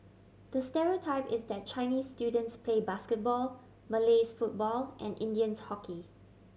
the stereotype is that Chinese students play basketball Malays football and Indians hockey